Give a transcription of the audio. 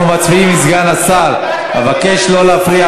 שחבר הכנסת עזמי בשארה, שבגד במדינת